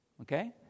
Okay